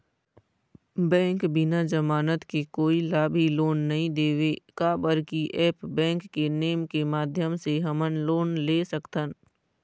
Bank बिना जमानत के कोई ला भी लोन नहीं देवे का बर की ऐप बैंक के नेम के माध्यम से हमन लोन ले सकथन?